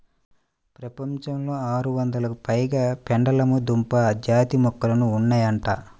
ప్రపంచంలో ఆరొందలకు పైగా పెండలము దుంప జాతి మొక్కలు ఉన్నాయంట